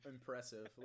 Impressive